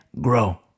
grow